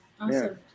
awesome